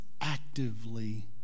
actively